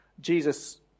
Jesus